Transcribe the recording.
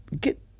get